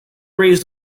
raised